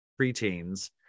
preteens